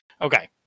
Okay